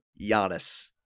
Giannis